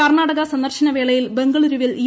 കർണ്ണാടക സന്ദർശന വേളയിൽ ബംഗളുരുവിൽ ഇ